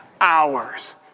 hours